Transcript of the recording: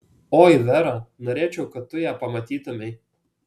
oi vera norėčiau kad tu ją pamatytumei